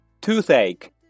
toothache